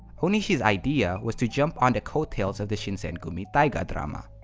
onishi's idea was to jump on the coattails of the shinsengumi taiga drama.